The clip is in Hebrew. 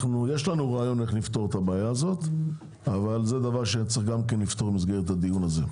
יש לנו רעיון איך לפתור את הבעיה הזאת במסגרת הדיון הזה.